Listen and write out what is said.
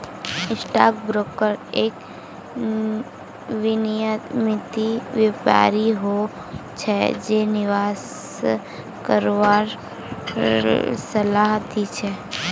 stock broker एक विनियमित व्यापारी हो छै जे निवेश करवार सलाह दी छै